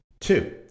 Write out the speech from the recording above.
Two